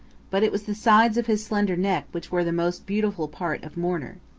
but it was the sides of his slender neck which were the most beautiful part of mourner.